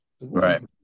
Right